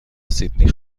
سیدنی